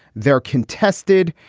they're contested.